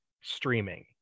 streaming